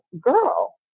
Girl